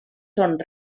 són